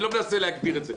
אני לא מנסה להגדיר את זה.